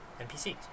NPCs